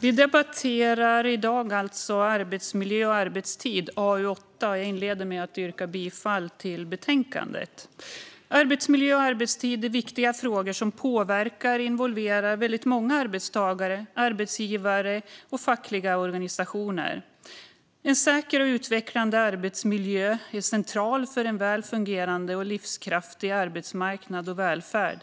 Vi debatterar nu AU8 Arbetsmiljö och a rbetstid . Jag inleder med att yrka bifall till förslaget i betänkandet. Arbetsmiljö och arbetstid är viktiga frågor som påverkar och involverar väldigt många arbetstagare, arbetsgivare och fackliga organisationer. En säker och utvecklande arbetsmiljö är central för en väl fungerande och livskraftig arbetsmarknad och välfärd.